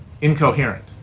incoherent